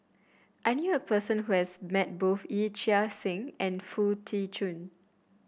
I knew a person who has met both Yee Chia Hsing and Foo Tee Jun